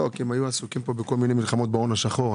כי הם היו עסוקים פה בכל מיני מלחמות בהון השחור.